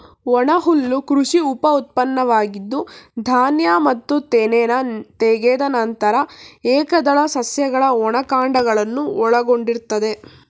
ಒಣಹುಲ್ಲು ಕೃಷಿ ಉಪಉತ್ಪನ್ನವಾಗಿದ್ದು ಧಾನ್ಯ ಮತ್ತು ತೆನೆನ ತೆಗೆದ ನಂತರ ಏಕದಳ ಸಸ್ಯಗಳ ಒಣ ಕಾಂಡಗಳನ್ನು ಒಳಗೊಂಡಿರ್ತದೆ